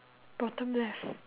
bottom left